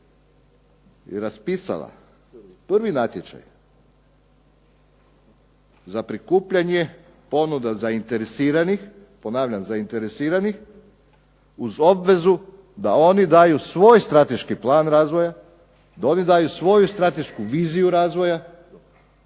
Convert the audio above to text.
je raspisala prvi natječaj za prikupljanje ponuda zainteresiranih, ponavljam zainteresiranih uz obvezu da oni daju svoj strateški plan razvoja, da oni daju svoju stratešku viziju razvoja,